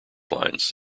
lines